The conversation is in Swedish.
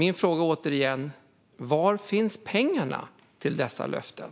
Min fråga är återigen: Var finns pengarna till dessa löften?